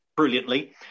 brilliantly